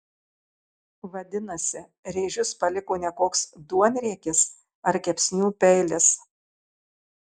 vadinasi rėžius paliko ne koks duonriekis ar kepsnių peilis